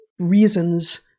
reasons